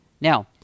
Now